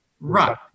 Right